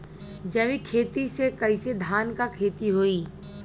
जैविक खेती से कईसे धान क खेती होई?